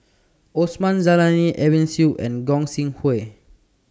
Osman Zailani Edwin Siew and Gog Sing Hooi